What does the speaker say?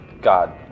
God